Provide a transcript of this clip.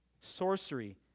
sorcery